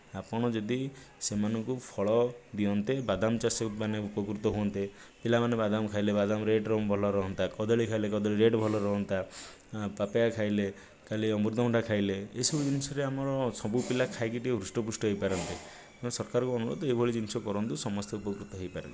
ଆପଣ ଯଦି ସେମାନଙ୍କୁ ଫଳ ଦିଅନ୍ତେ ବାଦାମ ଚାଷ ମାନେ ଉପକୃତ ହୁଅନ୍ତେ ପିଲାମାନେ ବାଦାମ ଖାଇଲେ ବାଦାମ ରେଟ୍ର ବରଂ ଭଲ ରୁହନ୍ତା କଦଳୀ ଖାଇଲେ କଦଳୀ ରେଟ୍ ଭଲ ରୁହନ୍ତା ପପେୟା ଖାଇଲେ ଖାଲି ଅମୃତଭଣ୍ଡା ଖାଇଲେ ଏଇସବୁ ଜିନିଷରେ ଆମର ସବୁ ପିଲା ଖାଇକି ଟିକିଏ ହୃଷ୍ଟପୃଷ୍ଟ ହେଇପାରନ୍ତେ ଏବଂ ସରକାରଙ୍କୁ ଅନୁରୋଧ ଏଇଭଳି ଜିନିଷ କରନ୍ତୁ ସମସ୍ତେ ଉପକୃତ ହେଇପାରିବେ